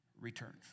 returns